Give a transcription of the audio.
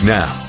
now